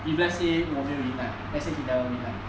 if let's say 我没有赢 lah let's say he never win right